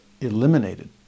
eliminated